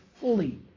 fully